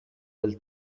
del